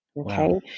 Okay